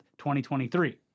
2023